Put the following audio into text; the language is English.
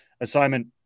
assignment